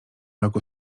roku